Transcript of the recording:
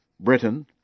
Britain